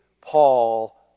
Paul